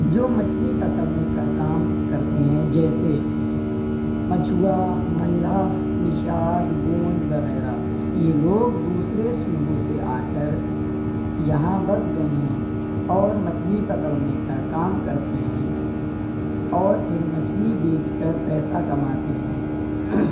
جو مچھلی پکڑنے کا کام کرتے ہیں جیسے مچھوا ملاح نشاد گونڈ وغیرہ یہ لوگ دوسرے صوبوں سے آ کر یہاں بس گئے ہیں اور مچھلی پکڑنے کا کام کرتے ہیں اور پھر مچھلی بیچ کر پیسہ کماتے ہیں